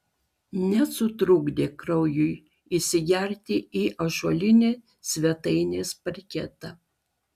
nesutrukdė kraujui įsigerti į ąžuolinį svetainės parketą